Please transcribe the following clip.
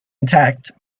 intact